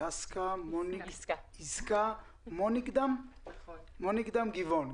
יסכה מוניקדם גבעון.